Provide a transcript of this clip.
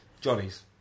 Johnny's